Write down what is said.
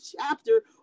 chapter